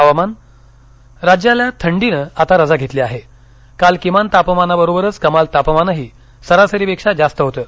हवामान राज्याल्या थंडीनं आता रजा घेतली आहे काल किमान तापमानाबरोबरच कमाल तापमानही सरासरीपेक्षा जास्त होतं